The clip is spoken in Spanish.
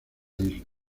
isla